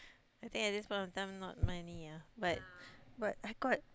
I think at this point of time not many ah but but I got